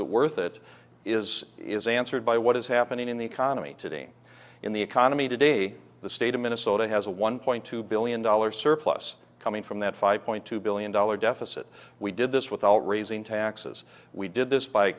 it worth it is is answered by what is happening in the economy today in the economy today the state of minnesota has a one point two billion dollars surplus coming from that five point two billion dollars deficit we did this with all raising taxes we did this by